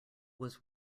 was